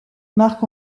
marc